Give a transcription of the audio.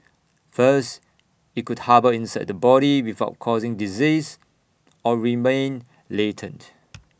first IT could harbour inside the body without causing disease or remain latent